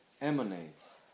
emanates